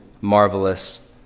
marvelous